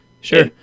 sure